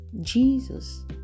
Jesus